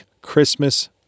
Christmas